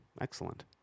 excellent